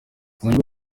kumenya